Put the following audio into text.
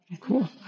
Cool